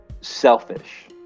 selfish